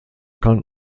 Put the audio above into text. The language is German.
kann